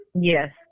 Yes